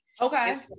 Okay